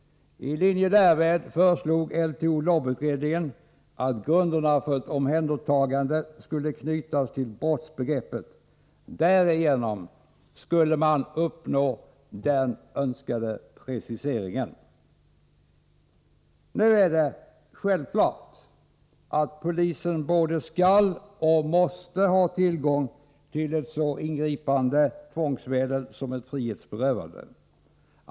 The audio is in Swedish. I linje därmed föreslog LTO/LOB-utredningen att grunderna för ett omhändertagande skulle knytas till brottsbegreppet. Därigenom skulle man uppnå den önskade preciseringen. Nu är det självklart att polisen både skall och måste ha tillgång till ett så ingripande tvångsmedel som ett frihetsberövande.